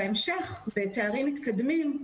בהמשך, בתארים המתקדמים,